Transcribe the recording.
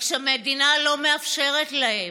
רק שהמדינה לא מאפשרת להם.